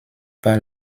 par